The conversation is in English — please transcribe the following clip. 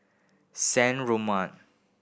San Remo